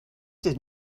did